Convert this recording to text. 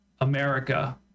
America